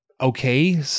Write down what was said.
okay